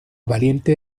valiente